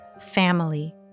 family